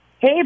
Hey